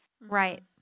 Right